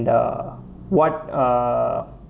uh what uh